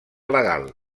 legal